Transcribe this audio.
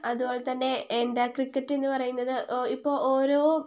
അതുപോലെ തന്നെ എന്താ ക്രിക്കറ്റ് എന്നു പറയുന്നത് ഇപ്പോൾ ഓരോ